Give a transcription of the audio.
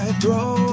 throw